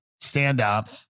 stand-up